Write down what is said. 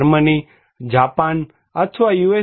Germany Japan અથવા you